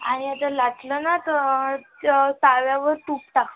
आणि आता लाटलं ना तर त्या तव्यावर तूप टाक